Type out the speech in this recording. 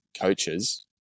coaches